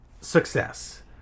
success